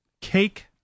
cake